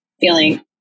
feeling